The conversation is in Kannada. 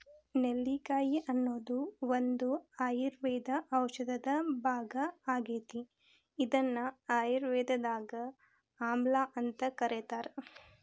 ನೆಲ್ಲಿಕಾಯಿ ಅನ್ನೋದು ಒಂದು ಆಯುರ್ವೇದ ಔಷಧದ ಭಾಗ ಆಗೇತಿ, ಇದನ್ನ ಆಯುರ್ವೇದದಾಗ ಆಮ್ಲಾಅಂತ ಕರೇತಾರ